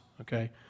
okay